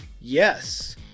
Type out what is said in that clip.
yes